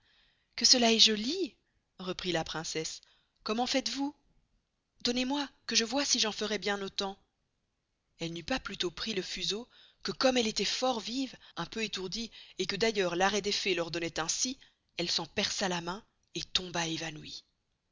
que cela est joli reprit la princesse comment faites-vous donnez moy que je voye si j'en ferois bien autant elle n'eust pas plutost pris le fuseau que comme elle estoit fort vive un peu estourdie et que d'ailleurs l'arrest des fées l'ordonnoit ainsi elle s'en perça la main et tomba évanouie